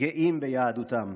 גאים ביהדותם.